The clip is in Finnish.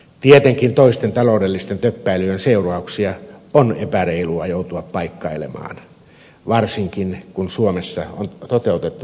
tietenkin toisten taloudellisten töppäilyjen seurauksia on epäreilua joutua paikkailemaan varsinkin kun suomessa on toteutettu vastuullista talouspolitiikkaa